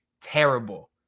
terrible